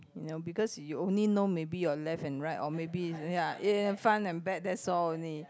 you know because you only know maybe your left and right or maybe ya front and back that's all only